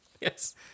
Yes